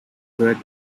were